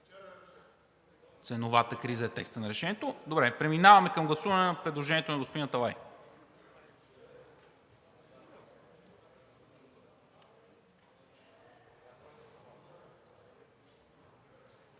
„Ценовата криза“ е текстът на Решението. Преминаваме към гласуване на предложението на господин Аталай.